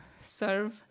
serve